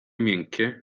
miękkie